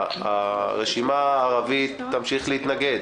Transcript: הרשימה הערבית תמשיך להתנגד,